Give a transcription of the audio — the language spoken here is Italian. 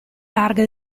larga